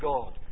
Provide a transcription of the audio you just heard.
God